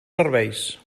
serveis